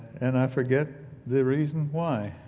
and i forget the reason why,